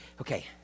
okay